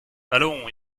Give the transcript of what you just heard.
allons